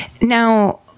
now